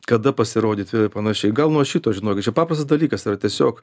kada pasirodyti ir panašiai gal nuo šito žinok čia paprastas dalykas yra tiesiog